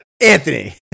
Anthony